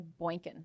boinking